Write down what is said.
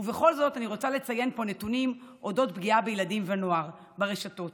ובכל זאת אני רוצה לציין פה נתונים על פגיעה בילדים ונוער ברשתות.